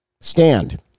stand